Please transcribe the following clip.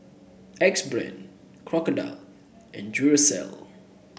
Axe Brand Crocodile and Duracell